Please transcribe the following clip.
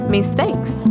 Mistakes